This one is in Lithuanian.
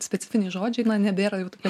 specifiniai žodžiai na nebėra jau tokie